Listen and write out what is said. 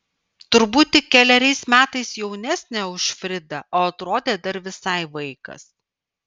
turbūt tik keleriais metais jaunesnė už fridą o atrodė dar visai vaikas